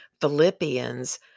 Philippians